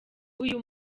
uyu